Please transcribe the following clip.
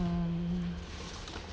mm